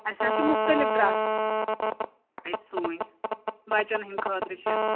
اَسہِ حظ چھِ مختلف ڈرٛس اَتہِ سُوٕنۍ بَچَن ہِنٛدِ خٲطرٕ چھِ